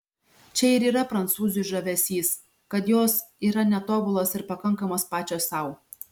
čia ir yra prancūzių žavesys kad jos yra netobulos ir pakankamos pačios sau